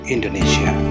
Indonesia